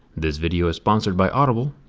this video is sponsored by audible.